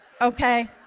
okay